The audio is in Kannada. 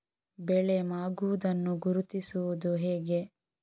ಬೆಳೆ ಮಾಗುವುದನ್ನು ಗುರುತಿಸುವುದು ಹೇಗೆ?